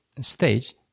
stage